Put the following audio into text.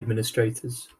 administrators